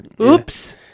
Oops